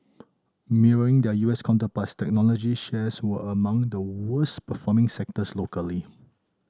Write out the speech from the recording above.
mirroring their U S counterparts technology shares were among the worst performing sectors locally